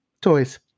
toys